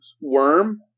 Worm